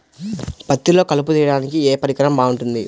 పత్తిలో కలుపు తీయడానికి ఏ పరికరం బాగుంటుంది?